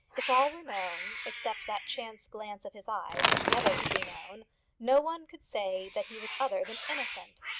if all were known except that chance glance of his eye which never could be known no one could say that he was other than innocent!